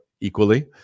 equally